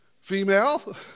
female